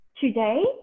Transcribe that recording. today